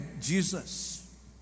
Jesus